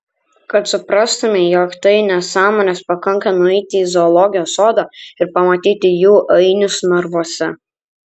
kad suprastumei jog tai nesąmonės pakanka nueiti į zoologijos sodą ir pamatyti jų ainius narvuose